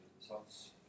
results